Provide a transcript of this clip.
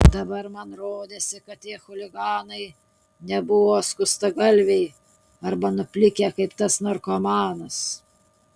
dabar man rodėsi kad tie chuliganai nebuvo skustagalviai arba nuplikę kaip tas narkomanas